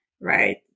right